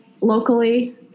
locally